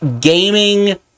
gaming